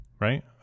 right